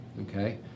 okay